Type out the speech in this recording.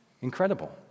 Incredible